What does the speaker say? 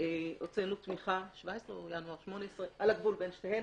הוצאנו תמיכה, על הגבול עם 2018,